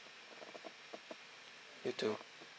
you too